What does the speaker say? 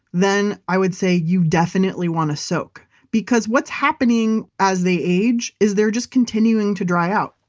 then i would say you definitely want to soak because what's happening as they age is they're just continuing to dry out